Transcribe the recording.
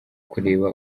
kureba